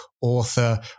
author